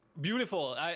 beautiful